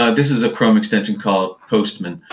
ah this is a chrome extension called postman.